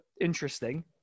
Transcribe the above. interesting